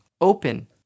open